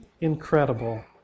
Incredible